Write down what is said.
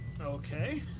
Okay